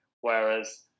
Whereas